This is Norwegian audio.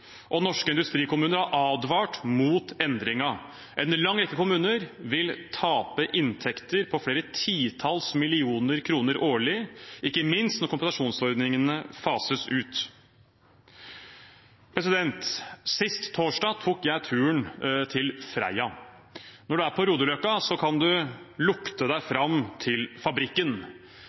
og norske industrikommuner har advart mot endringen. En lang rekke kommuner vil tape inntekter på flere titalls millioner kroner årlig, ikke minst når kompensasjonsordningene fases ut. Sist torsdag tok jeg turen til Freia. Når man er på Rodeløkka, kan man lukte seg fram til fabrikken.